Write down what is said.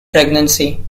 pregnancy